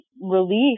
relief